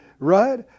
Right